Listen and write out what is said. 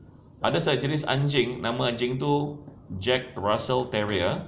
ada sejenis anjing nama anjing tu jack russell terrier